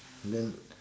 then